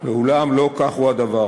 אולם לא כך הדבר.